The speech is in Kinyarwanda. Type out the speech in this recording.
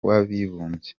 w’abibumbye